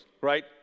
right